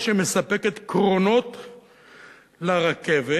שמספקת קרונות לרכבת,